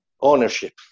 Ownership